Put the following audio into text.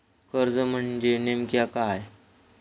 कर्ज म्हणजे नेमक्या काय?